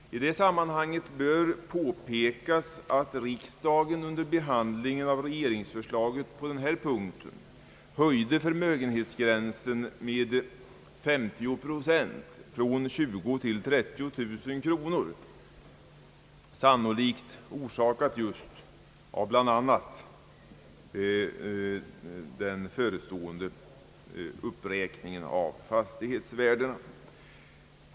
I det sammanhanget bör påpekas att riksdagen under behandlingen av regeringsförslaget på denna punkt höjde förmögenhetsgränsen med 50 procent, från 20 000 till 30 000 kronor, sannolikt orsakat just av bl.a. den förestående uppräkningen av fastighetsvärdena.